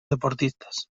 deportistas